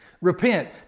Repent